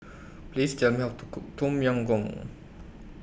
Please Tell Me How to Cook Tom Yam Goong